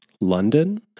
London